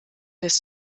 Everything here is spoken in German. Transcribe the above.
des